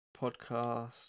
podcast